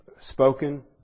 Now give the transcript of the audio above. spoken